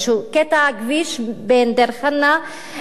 קטע כביש בין דיר-חנא,